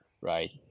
right